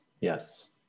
Yes